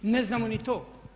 Ne znamo ni to.